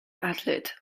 athlete